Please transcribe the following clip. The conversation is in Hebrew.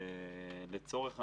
לצורך העניין,